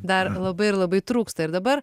dar labai ir labai trūksta ir dabar